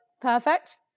Perfect